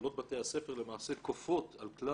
שהנהלות בתי הספר למעשה כופות על כלל